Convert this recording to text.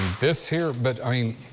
this here, but i mean.